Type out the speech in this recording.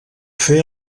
fer